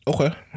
Okay